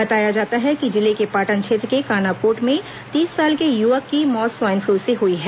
बताया जाता है कि जिले के पाटन क्षेत्र के कानाकोट में तीस साल के युवक की मौत स्वाईन फ्लू से हई है